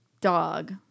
dog